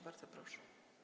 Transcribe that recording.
Bardzo proszę.